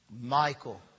Michael